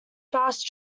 fast